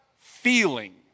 feeling